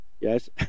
Yes